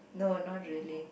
no not really